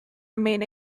remain